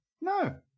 No